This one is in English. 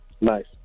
Nice